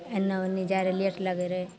एन्ना ओन्नी जाइ रहै लेट लगै रहै